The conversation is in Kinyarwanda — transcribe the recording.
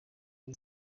iri